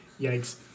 Yikes